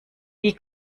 wie